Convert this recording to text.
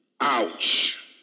Ouch